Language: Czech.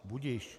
Budiž.